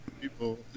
people